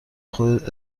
خودت